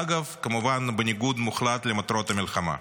אגב, כמובן בניגוד מוחלט למטרות המלחמה.